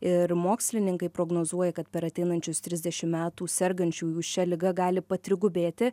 ir mokslininkai prognozuoja kad per ateinančius trisdešim metų sergančiųjų šia liga gali patrigubėti